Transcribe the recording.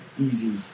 easy